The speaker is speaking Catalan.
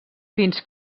fins